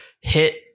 hit